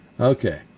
Okay